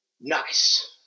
Nice